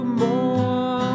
more